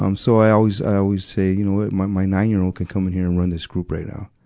um so i always, i always say, you know what, my, my nine-year-old could come in here and run this group right now.